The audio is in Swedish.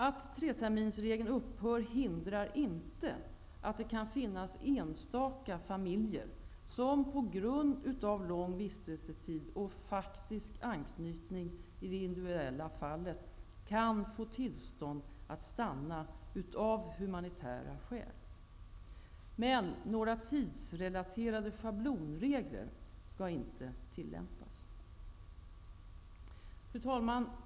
Att treterminsregeln upphör hindrar inte att det kan finnas enstaka familjer som på grund av lång vistelsetid och faktisk anknytning i det individuella fallet kan få tillstånd att stanna av humanitära skäl. Men några tidsrelaterade schablonregler skall inte tillämpas. Fru talman!